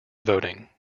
voting